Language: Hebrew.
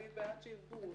אני בעד שירבו.